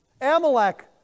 Amalek